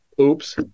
oops